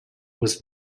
was